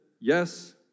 yes